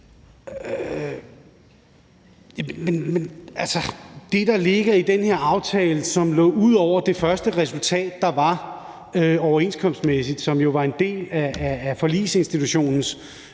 det, der ligger i den her aftale, og som ligger ud over det første resultat, der var overenskomstmæssigt, og som jo var en del af Forligsinstitutionens